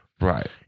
Right